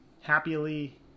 happily